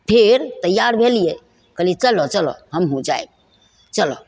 फेर तैआर भेलिए कहलिए चलऽ चलऽ हमहूँ जाएब चलऽ